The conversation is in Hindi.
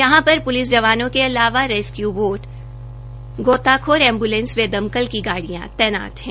यहां पर पुलिस जवानों के अलावा रैस्कयू बोट गोताखोर एंबुलेंस व दमकल की गाडियां तैनात हैं